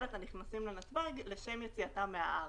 את הבאים לנתב"ג לגבי יציאתם מהארץ.